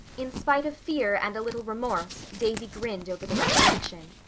in spite of fear and a little remorse davy grinned over the recollection.